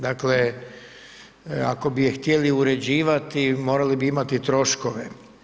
Dakle, ako bi je htjeli uređivati, morali bi imati troškove.